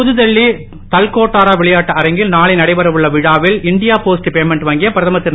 புதுடெல்லி தல்கட்டோரா விளையாட்டு அரங்கில் நாளை நடைபெறவுள்ள விழாவில் இண்டியா போஸ்ட் பேமெண்ட் வங்கியை பிரதமர் திரு